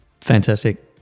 Fantastic